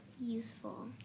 Useful